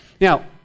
Now